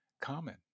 common